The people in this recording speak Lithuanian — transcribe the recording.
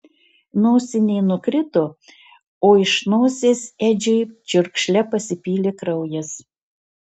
nosinė nukrito o iš nosies edžiui čiurkšle pasipylė kraujas